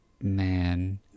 man